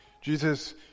Jesus